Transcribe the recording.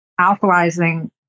alkalizing